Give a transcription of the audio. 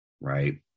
right